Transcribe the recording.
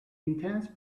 intense